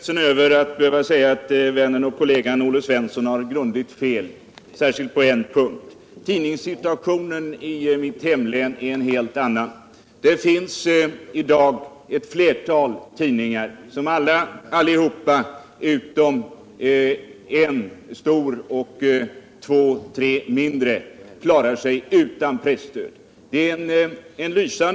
Herr talman! Jag är ledsen över att till vännen och kollegan Olle Svensson behöva säga att han har grundligt fel — särskilt på en punkt. Tidningssituationen i mitt hemlän är en helt annan. Där finns i dag ett flertal tidningar som allihop, utom en stor och två tre mindre, klarar sig utan presstöd.